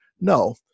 No